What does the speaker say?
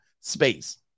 space